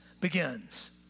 begins